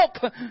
help